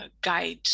guide